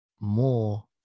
more